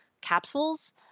capsules